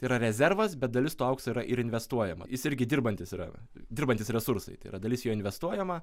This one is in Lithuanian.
yra rezervas bet dalis to aukso yra ir investuojama jis irgi dirbantis yra dirbantys resursai tai yra dalis jo investuojama